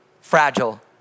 Fragile